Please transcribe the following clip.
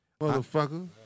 motherfucker